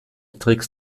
tricks